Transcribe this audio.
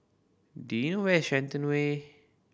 do you know where is Shenton Way